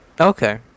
okay